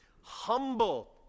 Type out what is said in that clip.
Humble